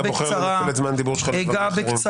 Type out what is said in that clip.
בוחר לנצל את זמן הדיבור שלך לדברים אחרים.